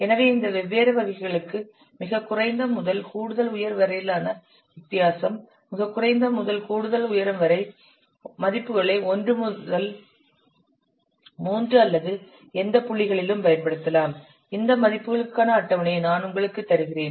எனவே இந்த வெவ்வேறு வகைகளுக்கு மிகக் குறைந்த முதல் கூடுதல் உயர் வரையிலான வித்தியாசம் மிகக்குறைந்த முதல் கூடுதல் உயரம் வரை மதிப்புகளை ஒன்று முதல் மூன்று அல்லது எந்த புள்ளிகளிலும் பயன்படுத்தலாம் இந்த மதிப்புகளுக்கான அட்டவணையை நான் உங்களுக்கு தருகிறேன்